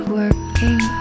working